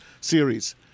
series